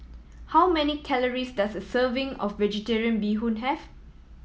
how many calories does a serving of Vegetarian Bee Hoon have